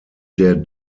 der